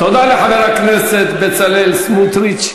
תודה לחבר הכנסת בצלאל סמוטריץ.